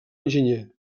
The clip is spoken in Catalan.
enginyer